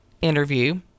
interview